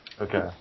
Okay